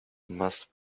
must